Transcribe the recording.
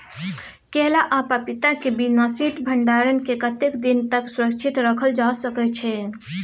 केला आ पपीता के बिना शीत भंडारण के कतेक दिन तक सुरक्षित रखल जा सकै छै?